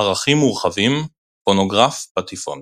ערכים מורחבים – פונוגרף, פטיפון